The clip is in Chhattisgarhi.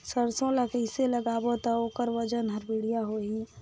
सरसो ला कइसे लगाबो ता ओकर ओजन हर बेडिया होही?